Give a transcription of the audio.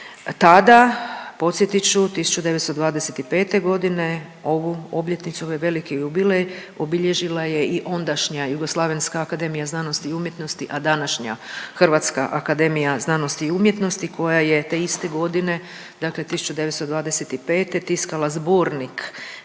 Tada, podsjetit ću 1925. ovu obljetnicu, ovaj veliki jubilej obilježila je i ondašnja Jugoslavenska akademija znanosti i umjetnosti, a današnja Hrvatska akademija znanosti i umjetnosti koja je te iste godine, dakle 1925. tiskala Zbornik